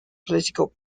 political